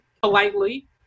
politely